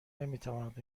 نمیتوانند